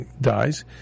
dies